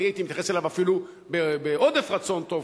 אני הייתי מתייחס אליו אפילו בעודף רצון טוב,